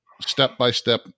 step-by-step